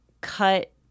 cut